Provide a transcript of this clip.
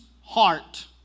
heart